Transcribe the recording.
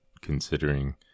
considering